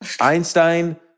einstein